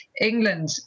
England